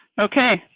okay,